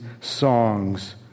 songs